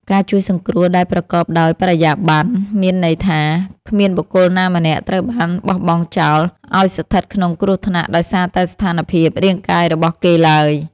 ការជួយសង្គ្រោះដែលប្រកបដោយបរិយាបន្នមានន័យថា គ្មានបុគ្គលណាម្នាក់ត្រូវបានបោះបង់ចោលឱ្យស្ថិតក្នុងគ្រោះថ្នាក់ដោយសារតែស្ថានភាពរាងកាយរបស់គេឡើយ។